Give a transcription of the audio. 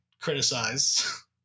criticize